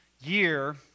year